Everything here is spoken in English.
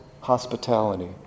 hospitality